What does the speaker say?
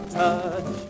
touch